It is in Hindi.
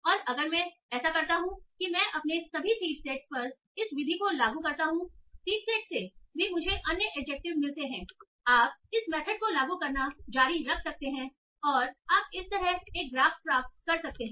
और अगर मैं ऐसा करता हूं कि मैं अपने सभी सीड सेटस पर इस विधि को लागू करता हूं सीड सेटस से भी मुझे अन्य एडजेक्टिव मिलते हैं आप इस मेथड को लागू करना जारी रख सकते हैं और आप इस तरह एक ग्राफ प्राप्त कर सकते हैं